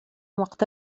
وقت